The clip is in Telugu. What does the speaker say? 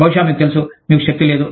బహుశా మీకు తెలుసు మీకు శక్తి లేదు